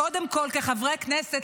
כחברי כנסת,